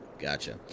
Gotcha